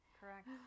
Correct